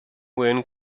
wind